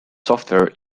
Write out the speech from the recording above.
software